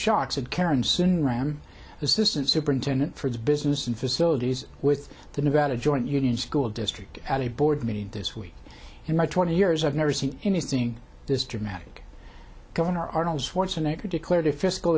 isn't superintendent for the business and facilities with the nevada joint union school district at a board meeting this week in my twenty years i've never seen anything this dramatic governor arnold schwarzenegger declared a fiscal